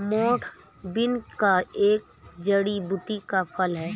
मोठ बीन एक जड़ी बूटी का फल है